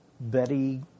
Betty